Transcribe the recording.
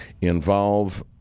involve